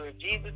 Jesus